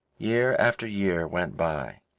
year after year went by,